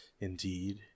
indeed